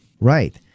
Right